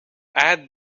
add